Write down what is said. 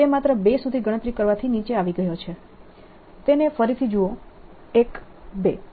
1 2 તે માત્ર બે સુધી ગણતરી કરવાથી નીચે આવી ગયો તેને ફરીથી જુઓ 1 2